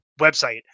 website